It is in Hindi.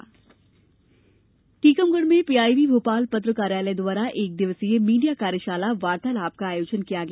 मीडिया कार्यशाला टीकमगढ़ में पीआईबी भोपाल पत्र सूचना कार्यालय द्वारा एक दिवसीय मीडिया कार्यशाला वार्तालाप का आयोजन किया गया